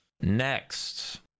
Next